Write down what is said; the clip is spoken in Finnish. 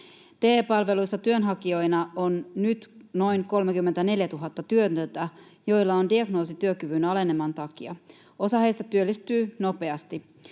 TE-palveluissa työnhakijoina on nyt noin 34 000 työtöntä, joilla on diagnoosi työkyvyn aleneman takia. Osa heistä työllistyy nopeasti.